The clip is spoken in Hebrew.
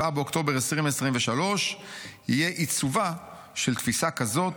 באוקטובר 2023 יהיה עיצובה של תפיסה כזאת,